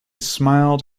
smiled